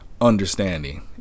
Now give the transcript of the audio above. understanding